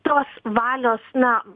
tos valios na